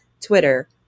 Twitter